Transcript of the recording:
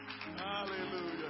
hallelujah